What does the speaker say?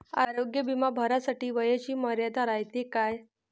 आरोग्य बिमा भरासाठी वयाची मर्यादा रायते काय?